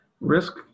Risk